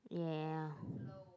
ya